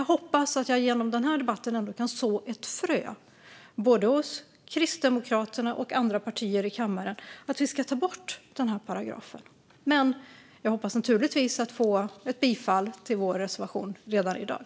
Jag hoppas ändå att jag genom denna debatt kan så ett frö hos både Kristdemokraterna och andra partier i kammaren för att ta bort paragrafen. Men jag hoppas naturligtvis på bifall till vår reservation redan i dag.